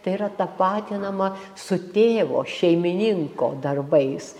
tai yra tapatinama su tėvo šeimininko darbais